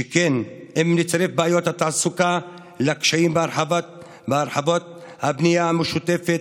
שכן אם נצרף את בעיות התעסוקה לקשיים בהרחבת הבנייה המשותפת,